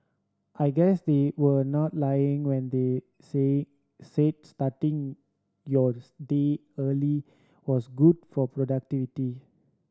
I guess they were not lying when they say said starting yours day early was good for productivity